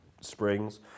springs